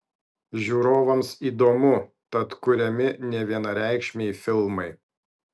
žiūrovams įdomu tad kuriami nevienareikšmiai filmai